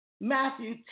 Matthew